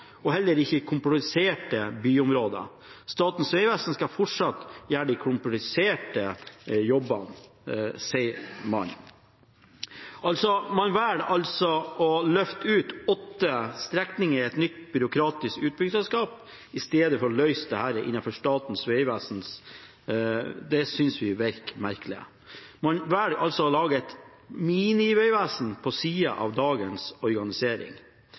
og heller ikke i kompliserte byområder. Statens vegvesen skal fortsatt gjøre de kompliserte jobbene, sier man. Man velger altså å løfte ut åtte strekninger i et nytt byråkratisk utbyggingsselskap i stedet for å løse dette innenfor Statens vegvesen. Det synes vi virker merkelig. Man velger altså å lage et mini-vegvesen på siden av dagens organisering.